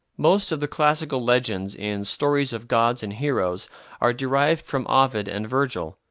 most of the classical legends in stories of gods and heroes are derived from ovid and virgil.